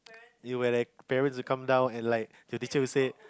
it will like parents will come down and like the teacher will say